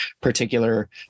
particular